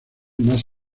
más